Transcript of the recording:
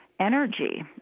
energy